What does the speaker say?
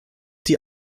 die